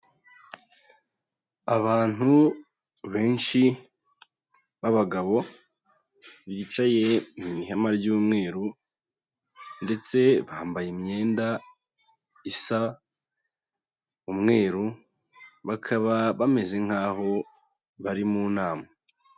Abantu benshi b'abagabo bicaye mu ihema ry'umweru ndetse bambaye imyenda isa umweru, bakaba bameze nkaho bari mu nama.